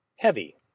Heavy